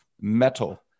metal